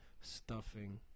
stuffing